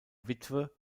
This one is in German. witwe